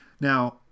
Now